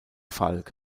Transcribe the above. falk